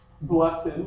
Blessed